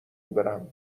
برم